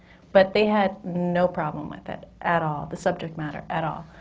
but they had no problem with it at all, the subject matter, at all.